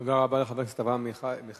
תודה רבה לחבר הכנסת אברהם מיכאלי.